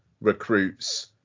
recruits